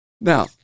Now